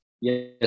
Yes